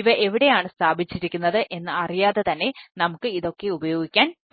ഇവ എവിടെയാണ് സ്ഥാപിച്ചിരിക്കുന്നത് എന്ന് അറിയാതെ തന്നെ നമുക്ക് ഇതൊക്കെ ഉപയോഗിക്കാൻ പറ്റും